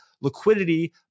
liquidity